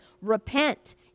Repent